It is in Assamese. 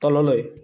তললৈ